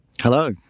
Hello